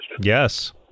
yes